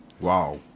Wow